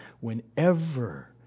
Whenever